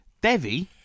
Devi